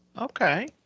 Okay